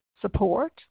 support